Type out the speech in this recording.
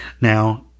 now